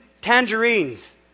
tangerines